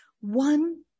one